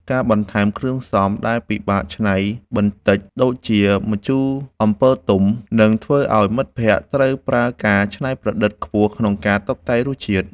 ការបន្ថែមគ្រឿងផ្សំដែលពិបាកច្នៃបន្តិចដូចជា ម្ជូរអំពិលទុំ នឹងធ្វើឱ្យមិត្តភក្តិត្រូវប្រើការច្នៃប្រឌិតខ្ពស់ក្នុងការតុបតែងរសជាតិ។